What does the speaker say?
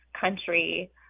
country